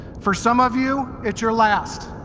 for some of you, it's your last.